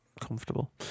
comfortable